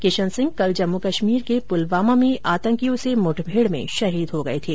किशन सिंह कल जम्मू कश्मीर के पुलवामा में आतंकियों से मुठभेड में शहीद हो गए थे